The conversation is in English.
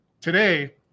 Today